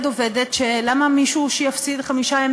ספציפית, אם רק אחד מההורים ייקח את כל ימי